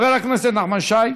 חבר הכנסת נחמן שי,